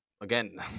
again